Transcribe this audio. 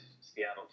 Seattle